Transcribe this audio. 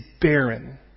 barren